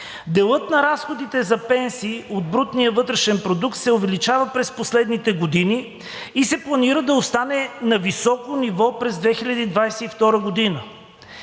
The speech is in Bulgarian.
Делът на разходите за пенсии от брутния вътрешен продукт се увеличава през последните години и се планира да остане на високо ниво през 2022 г.